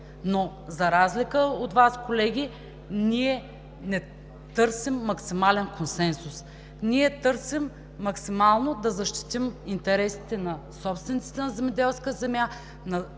Но, за разлика от Вас, колеги, ние не търсим максимален консенсус, ние търсим максимално да защитим интересите на собствениците на земеделска земя, на земеделските